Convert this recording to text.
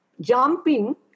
jumping